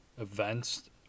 events